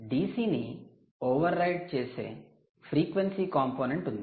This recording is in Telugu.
DC ని ఓవర్రైడ్ చేసే ఫ్రీక్వెన్సీ కంపోనెంట్ ఉంది